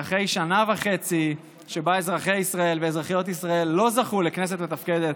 ואחרי שנה וחצי שבה אזרחי ישראל ואזרחיות ישראל לא זכו לכנסת מתפקדת,